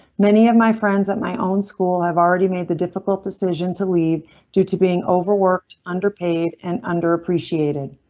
many of my friends at my own school have already made the difficult decision to leave due to being overworked, underpaid, and underappreciated.